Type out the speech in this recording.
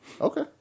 Okay